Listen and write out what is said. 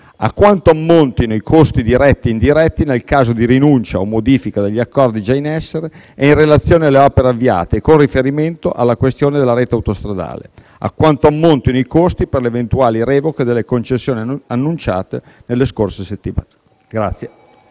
a quanto ammontino i costi diretti e indiretti nel caso di rinuncia o modifica degli accordi già in essere e in relazione alle opere avviate e, con riferimento alla questione della rete autostradale, a quanto ammontino i costi per le eventuali revoche delle concessioni annunciate nelle scorse settimane.